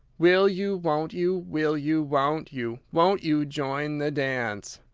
will you, won't you, will you, won't you, won't you join the dance?